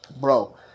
bro